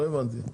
לא הבנתי.